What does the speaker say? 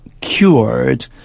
cured